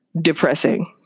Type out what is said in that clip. depressing